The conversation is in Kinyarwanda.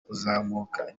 kuzamuka